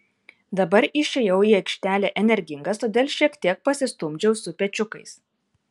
dabar išėjau į aikštelę energingas todėl šiek tiek pasistumdžiau su pečiukais